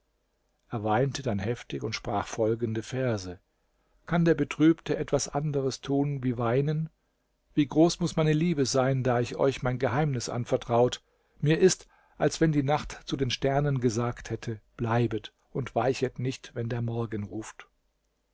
er weinte dann heftig und sprach folgende verse kann der betrübte etwas anderes tun wie weinen wie groß muß meine liebe sein da ich euch mein geheimnis anvertraut mir ist als wenn die nacht zu den sternen gesagt hätte bleibet und weichet nicht wenn der morgen ruft